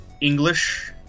English